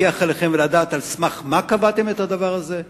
לפקח עליכם ולדעת על סמך מה קבעתם את הדבר הזה?